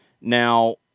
Now